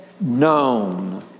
known